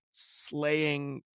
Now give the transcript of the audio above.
Slaying